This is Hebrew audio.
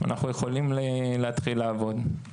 שאנחנו יכולים להתחיל לעבוד.